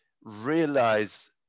realize